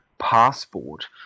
passport